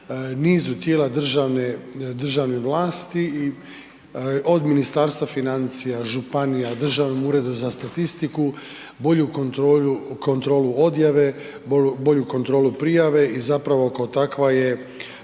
nizu tijela državne vlasti, od Ministarstva financija, županija, Državnom uredu za statistiku, bolju kontrolu odjave, bolju kontrolu prijave i zapravo kao takva se